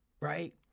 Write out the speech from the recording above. Right